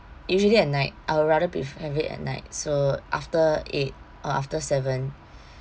usually at night I'll rather be at night so after eight or after seven